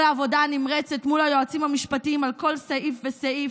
כל העבודה נמרצת מול היועצים המשפטיים על כל סעיף וסעיף.